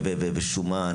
שומן,